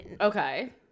Okay